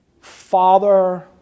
father